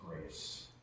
grace